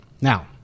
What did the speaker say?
Now